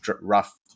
rough